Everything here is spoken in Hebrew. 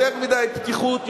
יותר מדי פתיחות,